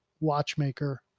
watchmaker